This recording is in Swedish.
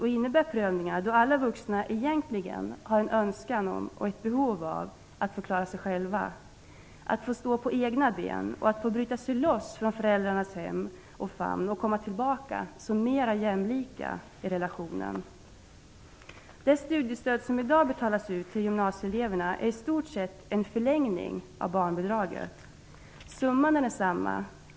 Det innebär prövningar eftersom alla vuxna egentligen har en önskan om och ett behov av att få klara sig själva och att få stå på egna ben och bryta sig loss från föräldrarnas hem och famn och komma tillbaka som mer jämlika i relationen. Det studiestöd som i dag betalas ut till gymnasieeleverna är i stort sett en förlängning av barnbidraget. Summan är densamma.